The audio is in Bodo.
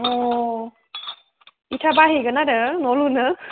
अ इथा बायहैगोन आरो न' लुनो